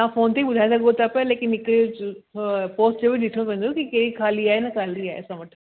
तव्हां फ़ोन ते बि ॿुधाए सघो था पिया लेकिन हिकु पोस्ट बि ॾिसिणो पवंदो की कहिड़ी ख़ाली आहे ऐं सैलेरी आहे असां वटि